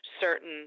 certain –